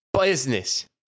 business